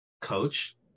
coach